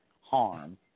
harm